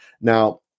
Now